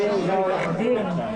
אנחנו לא מצליחים בכל דבר,